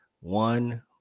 one